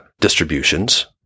distributions